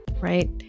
right